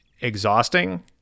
exhausting